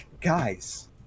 guys